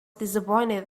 disappointed